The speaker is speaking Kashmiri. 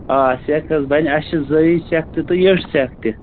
آ سیٚکھ حَظ بَنہِ اسہِ چھِ زٲوِج سیٚکھ تہِ تہٕ وِیٚٹھ سیٚکھ تہِ